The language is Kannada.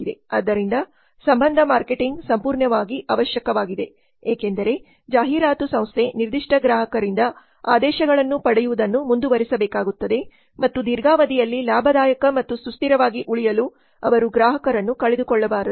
ಆದ್ದರಿಂದ ಸಂಬಂಧ ಮಾರ್ಕೆಟಿಂಗ್ ಸಂಪೂರ್ಣವಾಗಿ ಅವಶ್ಯಕವಾಗಿದೆ ಏಕೆಂದರೆ ಜಾಹೀರಾತು ಸಂಸ್ಥೆ ನಿರ್ದಿಷ್ಟ ಗ್ರಾಹಕರಿಂದ ಆದೇಶಗಳನ್ನು ಪಡೆಯುವುದನ್ನು ಮುಂದುವರಿಸಬೇಕಾಗುತ್ತದೆ ಮತ್ತು ದೀರ್ಘಾವಧಿಯಲ್ಲಿ ಲಾಭದಾಯಕ ಮತ್ತು ಸುಸ್ಥಿರವಾಗಿ ಉಳಿಯಲು ಅವರು ಗ್ರಾಹಕರನ್ನು ಕಳೆದುಕೊಳ್ಳಬಾರದು